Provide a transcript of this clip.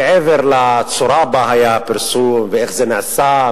מעבר לצורה שבה היה הפרסום ואיך זה נעשה,